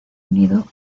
unido